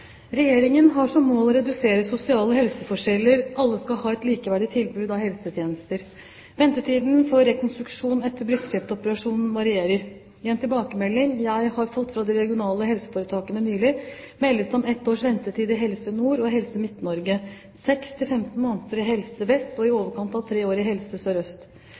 Regjeringen har som mål å redusere sosiale helseforskjeller. Alle skal ha et likeverdig tilbud av helsetjenester. Ventetidene for rekonstruksjon etter brystkreftoperasjoner varierer. I en tilbakemelding jeg har fått fra de regionale helseforetakene nylig, meldes det om ett års ventetid i Helse Nord og i Helse Midt-Norge, 6–15 måneder i Helse Vest og i overkant av tre år i Helse